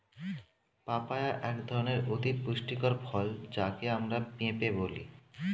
papaya এক ধরনের অতি পুষ্টিকর ফল যাকে আমরা পেঁপে বলি